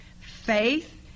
Faith